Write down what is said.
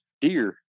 deer